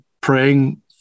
praying